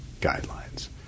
guidelines